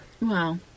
Wow